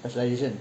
specialisation